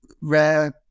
rare